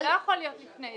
זה לא יכול להיות לפני,